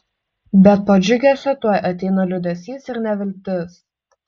bet po džiugesio tuoj ateina liūdesys ir neviltis